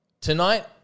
Tonight